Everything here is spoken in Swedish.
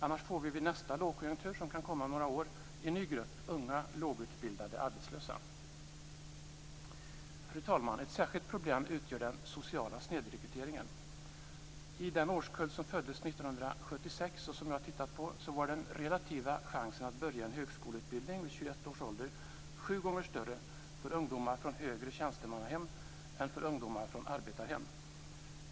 Annars får vi vid nästa lågkonjunktur, som kan komma om några år, en ny grupp unga lågutbildade arbetslösa. Fru talman! Ett särskilt problem utgör den sociala snedrekryteringen. I den årskull som föddes 1976, som jag har tittat på, var den relativa chansen att börja en högskoleutbildning vid 21 års ålder sju gånger större för ungdomar från högre tjänstemannahem än för ungdomar från arbetarhem.